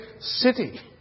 city